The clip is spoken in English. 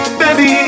baby